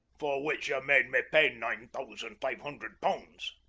for which ye made me pay nine thousand five hundred pounds.